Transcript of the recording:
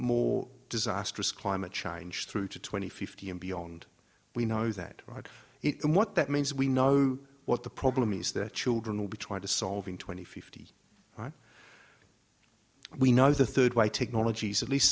more disastrous climate change through to twenty fifty and beyond we know that right it what that means we know what the problem is that children will be trying to solving twenty fifty right we know the third way technologies at least